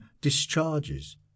discharges